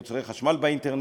מוצרי חשמל באינטרנט,